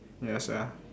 ya sia